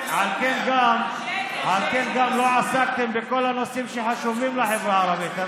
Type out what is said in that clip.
על כן גם לא עסקתם בכל הנושאים שחשובים לחברה הערבית.